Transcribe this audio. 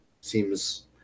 seems